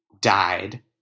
died